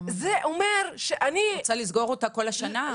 את רוצה לסגור אותה כל השנה?